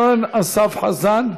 אורן אסף חזן,